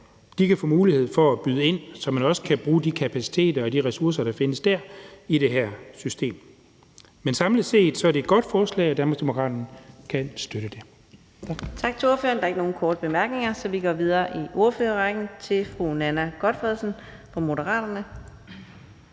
de kan få mulighed for at byde ind, så man også kan bruge de kapaciteter og de ressourcer, der findes der, i det her system. Men samlet set er det et godt forslag, og Danmarksdemokraterne